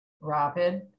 rapid